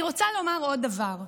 אני רוצה לומר עוד דבר: